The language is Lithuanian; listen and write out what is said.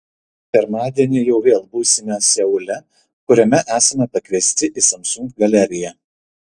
pirmadienį jau vėl būsime seule kuriame esame pakviesti į samsung galeriją